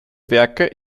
werke